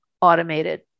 automated